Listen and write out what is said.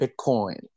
Bitcoin